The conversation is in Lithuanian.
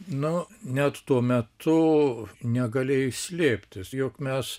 nu net tuo metu negalėjai slėptis juk mes